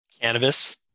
Cannabis